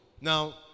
now